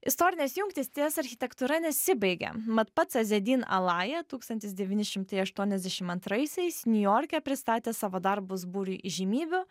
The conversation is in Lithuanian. istorinės jungtys ties architektūra nesibaigia mat pats azedin alaja tūkstantis devyni šimtai aštuoniasdešim antraisiais niujorke pristatė savo darbus būriui įžymybių